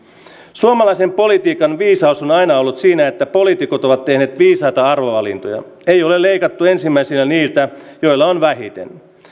suomalaisen politiikan viisaus on on aina ollut siinä että poliitikot ovat tehneet viisaita arvovalintoja ei ole leikattu ensimmäisenä niiltä joilla on vähiten